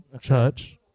church